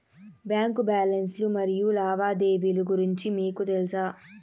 Bank balance లు మరియు లావాదేవీలు గురించి మీకు తెల్సా?